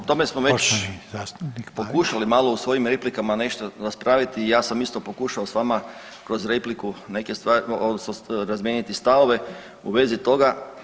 O tome smo već pokušali malo u svojim replikama nešto raspraviti i ja sam isto pokušao sa vama kroz repliku neke stvari, odnosno razmijeniti stavove u vezi toga.